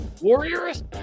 Warriors